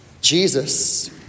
Jesus